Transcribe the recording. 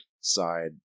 side